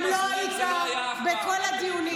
גם לא היית בכל הדיונים.